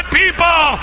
people